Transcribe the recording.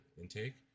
intake